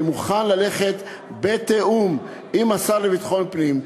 אני מוכן ללכת בתיאום עם השר לביטחון פנים,